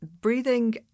breathing